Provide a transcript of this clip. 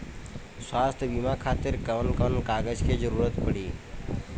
स्वास्थ्य बीमा खातिर कवन कवन कागज के जरुरत पड़ी?